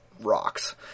Rocks